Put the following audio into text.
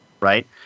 Right